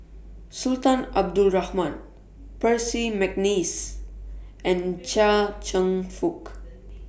Sultan Abdul Rahman Percy Mcneice and Chia Cheong Fook